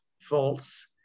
false